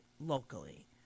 locally